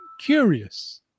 curious